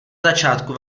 začátku